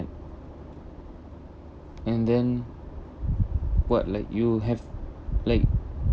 and then what like you have like